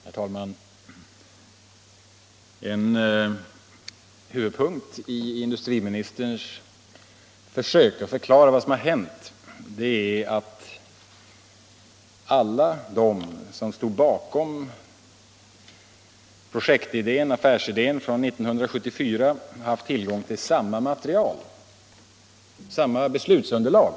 Herr talman! En huvudpunkt i industriministerns försök att förklara vad som har hänt är att alla de som stod bakom projektidén, affärsidén, från 1974 har haft tillgång till samma material, samma beslutsunderlag.